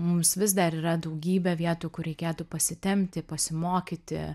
mums vis dar yra daugybė vietų kur reikėtų pasitempti pasimokyti